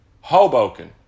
Hoboken